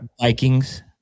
Vikings